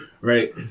right